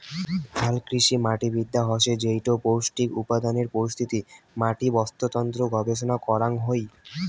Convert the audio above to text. হালকৃষিমাটিবিদ্যা হসে যেইটো পৌষ্টিক উপাদানের উপস্থিতি, মাটির বাস্তুতন্ত্র গবেষণা করাং হই